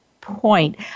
point